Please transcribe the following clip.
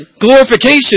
Glorification